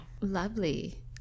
lovely